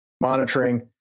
monitoring